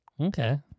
Okay